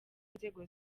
nzego